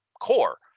core